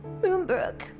Moonbrook